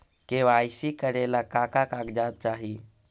KYC करे ला का का कागजात चाही?